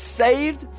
saved